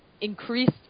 increased